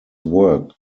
worked